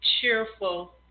cheerful